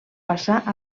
passar